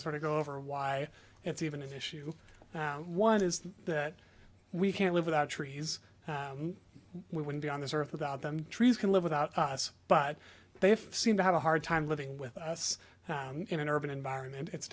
to sort of go over why it's even an issue one is that we can't live without trees we wouldn't be on this earth without them trees can live without us but they seem to have a hard time living with us in an urban environment it's